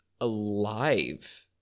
alive